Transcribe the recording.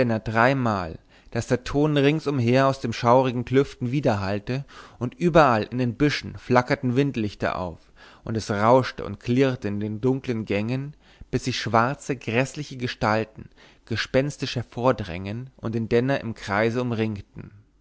dreimal daß der ton ringsumher aus den schaurigen klüften widerhallte und überall in den büschen flackerten windlichter auf und es rauschte und klirrte in den dunklen gängen bis sich schwarze gräßliche gestalten gespenstisch hervordrängten und den denner im kreise umringten